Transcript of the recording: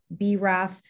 BRAF